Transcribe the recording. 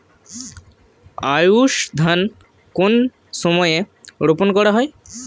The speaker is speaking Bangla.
আউশ ধান কোন সময়ে রোপন করা হয়?